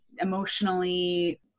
emotionally